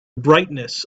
brightness